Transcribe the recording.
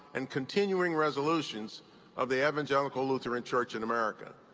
and continuing resolutions of the evangelical lutheran church in america.